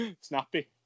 Snappy